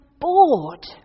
bored